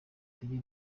tujye